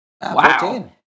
Wow